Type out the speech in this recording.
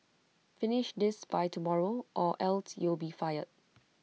finish this by tomorrow or else you'll be fired